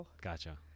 Gotcha